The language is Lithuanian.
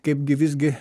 kaip gi visgi